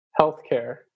healthcare